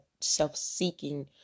self-seeking